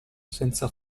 senza